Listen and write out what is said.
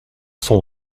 son